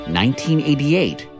1988